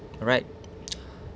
alright